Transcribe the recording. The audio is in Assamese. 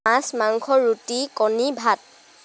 মাছ মাংস ৰুটি কণী ভাত